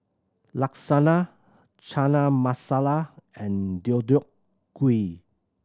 Lasagna Chana Masala and Deodeok Gui